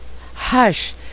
Hush